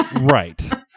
Right